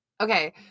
okay